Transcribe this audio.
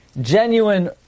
genuine